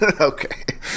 okay